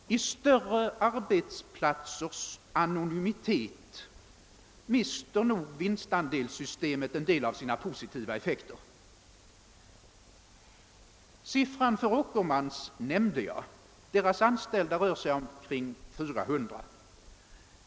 I större arbetsplatsers anonymitet mister vinstandeissystemet nog en del av sina positiva effekter. Siffran för Åkermans anställda nämnde jag — omkring 400.